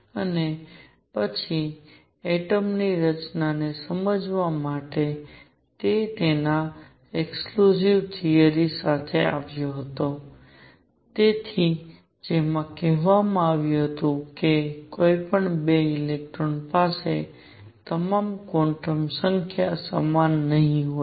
અને પછી એટમ ની રચનાને સમજવા માટે તે તેના એક્ષક્લુશન થિયરિ સાથે આવ્યો હતો જેમાં કહેવામાં આવ્યું હતું કે કોઈ 2 ઇલેક્ટ્રોન પાસે તમામ ક્વોન્ટમ સંખ્યા સમાન નહીં હોય